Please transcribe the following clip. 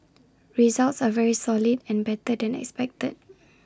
results are very solid and better than expected